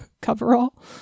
coverall